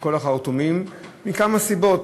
וכל החרטומים, מכמה סיבות.